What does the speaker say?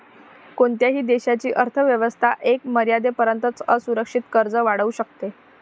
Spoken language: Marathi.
कोणत्याही देशाची अर्थ व्यवस्था एका मर्यादेपर्यंतच असुरक्षित कर्ज वाढवू शकते